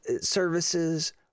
services